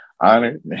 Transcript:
honored